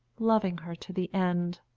loving her to the end.